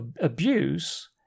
abuse